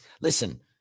Listen